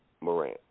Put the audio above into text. Moran